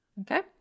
Okay